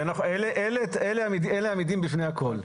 זה נכון, אלה עמידים בפני הכול.